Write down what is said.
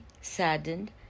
saddened